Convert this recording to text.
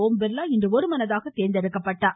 ஓம் பிர்லா இன்று ஒருமனதாக தேர்ந்தெடுக்கப்பட்டார்